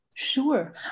Sure